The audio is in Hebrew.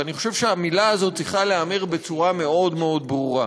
ואני חושב שהמילה הזאת צריכה להיאמר בצורה מאוד מאוד ברורה.